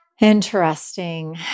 Interesting